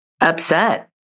upset